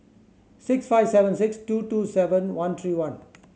six five seven six two two seven one three one